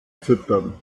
füttern